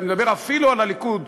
אני מדבר אפילו על הליכוד,